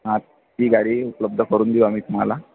हां ती गाडी उपलब्ध करून देऊ आम्ही तुम्हाला